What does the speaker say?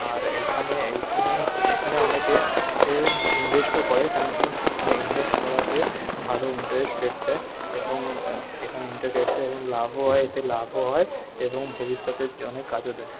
আর এইখানে এইখানে এইখানে অনেকে ইনভেস্টও করে কেন কি এইখানে ইনভেস্ট করাতে ভাল ইন্টারেস্ট রেট দেয় এবং এখানে দেয় এবং লাভও হয় এতে লাভও হয় এবং ভবিষ্যতের জন্য কাজও দেয়